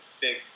big